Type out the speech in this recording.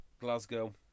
Glasgow